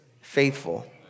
faithful